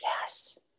yes